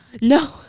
no